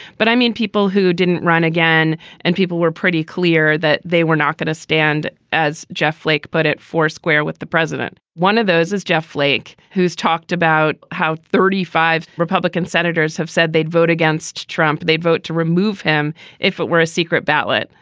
but i mean, people who didn't run again and people were pretty clear that they were not going to stand as jeff flake. but at foursquare with the president, one of those is jeff flake, who's talked about how thirty five republican senators have said they'd vote against trump, they'd vote to remove him if it were a secret ballot.